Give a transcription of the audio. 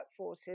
workforces